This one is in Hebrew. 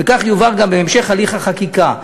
וכך יובהר גם בהמשך הליך החקיקה.